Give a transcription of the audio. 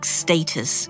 status